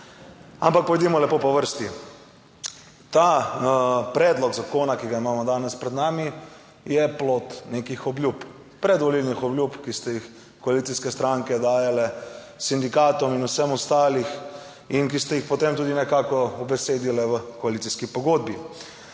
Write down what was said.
Ampak pojdimo lepo po vrsti. Ta predlog zakona, ki ga imamo danes pred nami je plod nekih obljub, predvolilnih obljub, ki ste jih koalicijske stranke dajale sindikatom in vsem ostalim in ki ste jih potem tudi nekako ubesedile v koalicijski pogodbi.